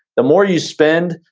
the more you spend,